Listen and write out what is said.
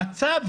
המצב